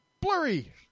blurry